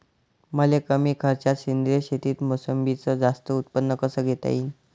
मले कमी खर्चात सेंद्रीय शेतीत मोसंबीचं जास्त उत्पन्न कस घेता येईन?